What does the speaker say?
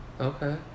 Okay